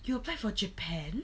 you applied for japan